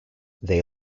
they